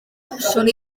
opsiwn